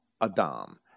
adam